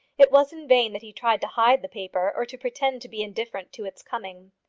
it was in vain that he tried to hide the paper, or to pretend to be indifferent to its coming.